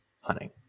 hunting